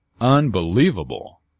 Unbelievable